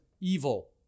evil